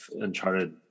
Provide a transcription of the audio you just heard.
Uncharted